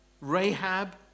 Rahab